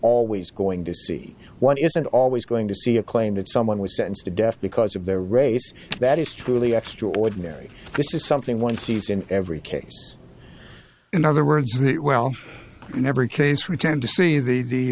always going to see one isn't always going to see a claim that someone was sentenced to death because of their race that is truly extraordinary this is something one sees in every case in other words well in every case we tend to see the